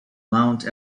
mount